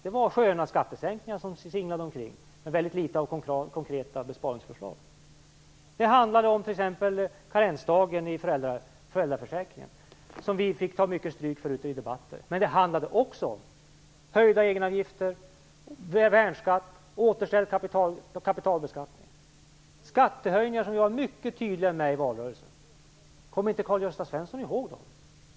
Det var sköna skattesänkningar som singlade omkring och mycket litet av konkreta besparingsförslag. För oss handlade det t.ex. om karensdagen i föräldraförsäkringen, som vi fick ta mycket stryk för i debatter. Men det handlade också om höjda egenavgifter, värnskatt, återställd kapitalbeskattning. Det var skattehöjningar som vi var mycket tydliga med i valrörelsen. Kommer inte Karl-Gösta Svenson ihåg dem?